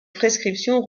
prescription